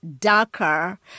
darker